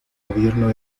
gobierno